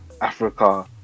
Africa